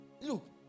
Look